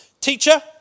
Teacher